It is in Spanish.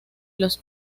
los